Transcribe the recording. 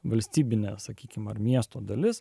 valstybinė sakykime ar miesto dalis